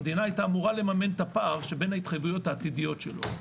המדינה היתה אמורה לממן את הפער שבין ההתחייבויות העתידיות שלו.